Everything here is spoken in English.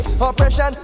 Oppression